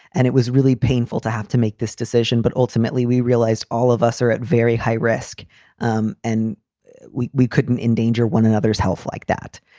and it was really painful to have to make this decision. but ultimately, we realized all of us are at very high risk um and we we couldn't endanger one another's health like that.